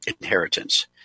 inheritance